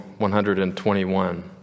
121